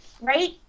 Right